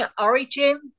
origin